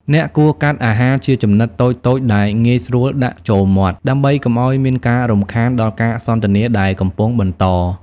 អ្នកគួរកាត់អាហារជាចំណិតតូចៗដែលងាយស្រួលដាក់ចូលមាត់ ដើម្បីកុំឱ្យមានការរំខានដល់ការសន្ទនាដែលកំពុងបន្ត។